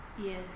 yes